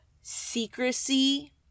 secrecy